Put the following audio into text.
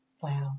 Wow